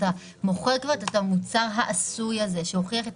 אתה מוכר כבר את המוצר העשוי הזה שהוכיח את